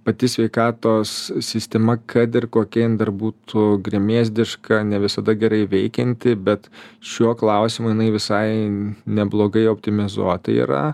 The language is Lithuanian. pati sveikatos sistema kad ir kokia jin dar būtų gremėzdiška ne visada gerai veikianti bet šiuo klausimu jinai visai neblogai optimizuota yra